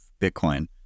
Bitcoin